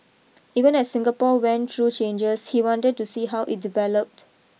even as Singapore went through changes he wanted to see how it developed